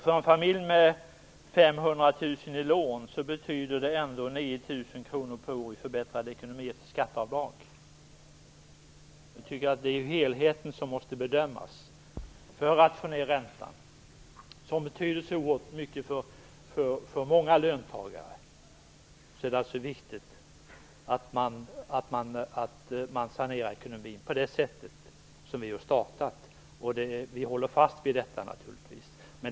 För en familj med 500 000 kr i lån betyder det en med nästan 9 000 kr förbättrad ekonomi i form av skatteavdrag. Det är helheten som måste bedömas när det gäller att få ned räntan, som ju betyder så oerhört mycket för många låntagare. Det är viktigt att man sanerar ekonomin på det sätt som vi börjat med. Vi håller naturligtvis fast vid detta.